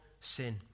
sin